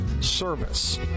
service